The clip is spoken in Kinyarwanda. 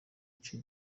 icyo